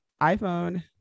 iphone